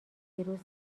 ویروس